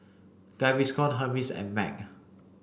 Gaviscon Hermes and MAG